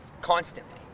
Constantly